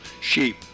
sheep